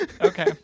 Okay